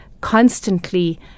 constantly